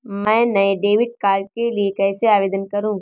मैं नए debit card के लिए कैसे आवेदन करूं?